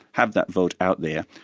have that vote out there,